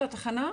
לתחנה?